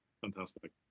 fantastic